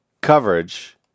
coverage